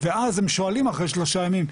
ואז הם שואלים אחרי שלושה ימים,